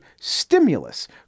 stimulus